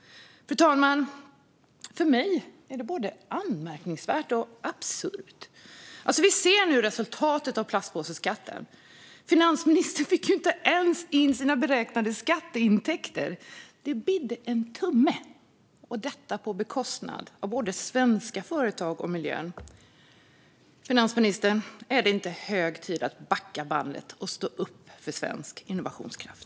Fru talman! För mig är detta både anmärkningsvärt och absurt. Vi ser nu resultatet av plastpåseskatten. Finansministern fick ju inte ens in sina beräknade skatteintäkter! Det bidde en tumme, och detta på bekostnad av både svenska företag och miljön. Finansministern, är det inte hög tid att backa bandet och stå upp för svensk innovationskraft?